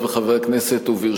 ותעבור לוועדת העבודה,